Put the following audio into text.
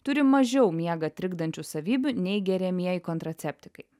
turi mažiau miegą trikdančių savybių nei geriamieji kontraceptikai